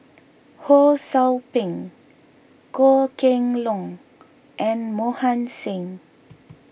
Ho Sou Ping Goh Kheng Long and Mohan Singh